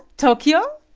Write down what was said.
tokyo?